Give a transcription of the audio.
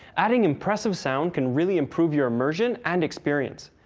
adding impressive sound can really improve your immersion and experience.